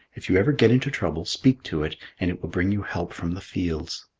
if you ever get into trouble, speak to it and it will bring you help from the fields.